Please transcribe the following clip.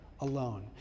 alone